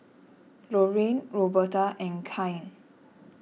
Lorraine Roberta and Kyan